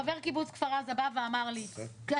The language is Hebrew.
חבר קיבוץ כפר עזה בא ואמר לי 'אני